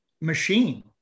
machine